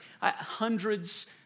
Hundreds